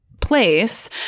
place